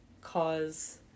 cause